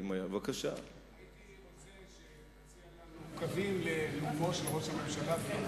הייתי רוצה שתציע לנו קווים לנאומו של ראש הממשלה.